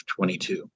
22